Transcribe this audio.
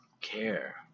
care